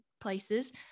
places